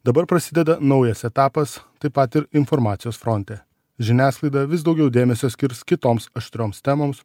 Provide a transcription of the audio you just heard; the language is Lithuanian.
dabar prasideda naujas etapas taip pat ir informacijos fronte žiniasklaida vis daugiau dėmesio skirs kitoms aštrioms temoms